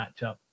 matchup